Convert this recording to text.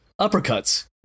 uppercuts